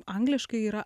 angliškai yra